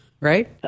right